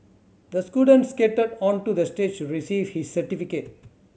the student skated onto the stage receive his certificate